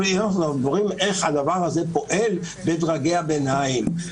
אם אנחנו מדברים איך הדבר הזה פועל בדרגי הביניים,